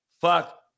Fuck